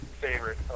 favorite